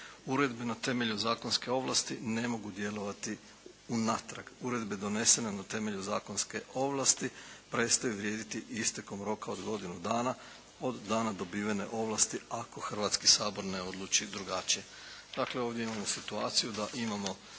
Uredbe na temelju zakonske ovlasti ne mogu djelovati unatrag. Uredbe na temelju zakonske ovlasti prestaju vrijediti istekom roka od godinu dana od dana dobivene ovlasti ako Hrvatski sabor ne odluči drugačije.